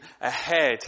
ahead